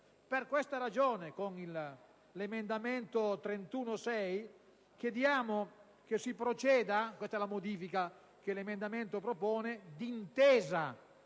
Per questa ragione, con l'emendamento 31.6 chiediamo che si proceda (questa è la modifica che l'emendamento propone) «d'intesa»